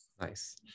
Nice